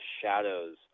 shadows